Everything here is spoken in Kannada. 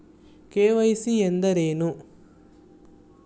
ಕೆ.ವೈ.ಸಿ ಎಂದರೇನು?